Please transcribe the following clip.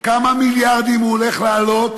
כמה מיליארדים הוא הולך לעלות